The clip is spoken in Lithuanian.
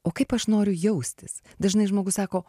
o kaip aš noriu jaustis dažnai žmogus sako